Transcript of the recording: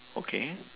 okay